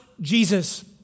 Jesus